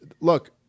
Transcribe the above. look